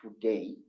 today